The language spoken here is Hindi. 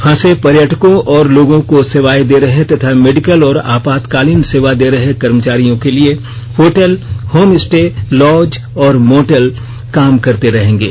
फंसे पर्यटकों और लोगों को सेवाए दे रहे तथा मेडिकल और आपातकालीन सेवा दे रहे कर्मचारियों के लिए होटल होमस्टे लॉज और मोटल काम करते रहेंगे